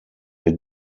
wir